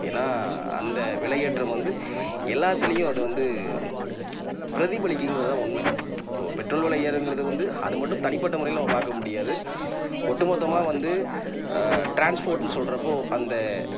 ஏன்னால் அந்த விலையேற்றம் வந்து எல்லாத்துலேயும் அது வந்து ப்ரதிபலிக்குங்கிறதுதான் உண்மை இப்போது பெட்ரோல் விலை ஏறுங்கிறது வந்து அது மட்டும் தனிப்பட்ட முறையில் நம்ம பார்க்க முடியாது ஒட்டுமொத்தமாக வந்து ட்ரான்ஸ்போட்னு சொல்கிறப்போ அந்த